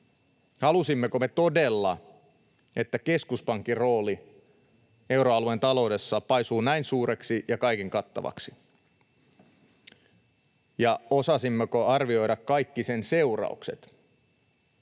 Halusimmeko me todella, että keskuspankin rooli euroalueen taloudessa paisuu näin suureksi ja kaiken kattavaksi, ja osasimmeko arvioida kaikki sen seuraukset?